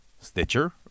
Stitcher